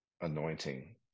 anointing